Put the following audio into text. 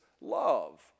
love